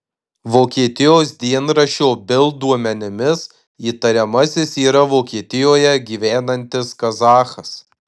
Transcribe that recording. vokietijos dienraščio bild duomenimis įtariamasis yra vokietijoje gyvenantis kazachas